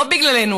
לא בגללנו,